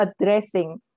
addressing